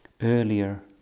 earlier